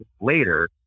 later